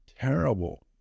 terrible